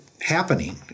happening